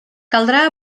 caldrà